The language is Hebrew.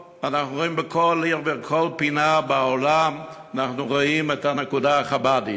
בכל עיר ובכל פינה בעולם אנחנו רואים את הנקודה החב"דית.